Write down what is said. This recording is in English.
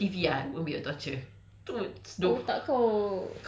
cuma only maybe tengok T_V ah it won't be a torture